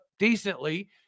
decently